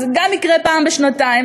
זה יקרה פעם בשנתיים,